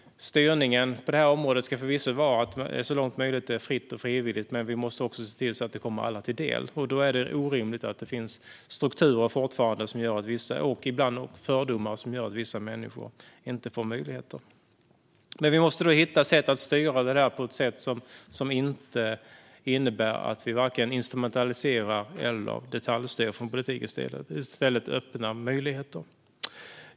Styrningen på det här området ska förvisso vara att det så långt möjligt är fritt och frivilligt, men vi måste också se till att det här kommer alla till del. Då är det orimligt att det fortfarande finns strukturer och ibland fördomar som gör att vissa människor inte får samma möjligheter. Vi måste hitta sätt att styra detta som inte innebär att vi vare sig instrumentaliserar eller detaljstyr från politiken utan i stället öppnar möjligheter.